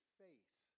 face